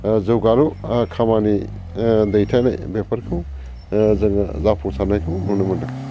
जौगालु खामानि दैथायनाय बेफोरखौ जोङो जाफुंसारनायखौ नुनो मोन्दों